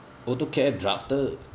autocad drafter